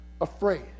afraid